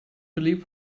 believe